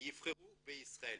יבחרו בישראל.